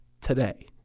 today